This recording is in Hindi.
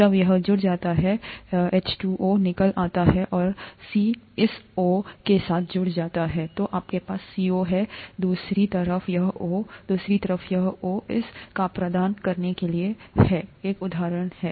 जब यह जुड़ जाता है H 2 O निकल जाता है और C इस O के साथ जुड़ जाता है तो आपके पास CO है दूसरी तरफ यह O दूसरी तरफ और यह O इस O काप्रदान करने के लिए जा रहा एक उदाहरणहै